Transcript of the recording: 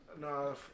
No